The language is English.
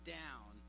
down